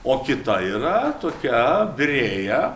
o kita yra tokia virėja